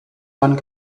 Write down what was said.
one